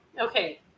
okay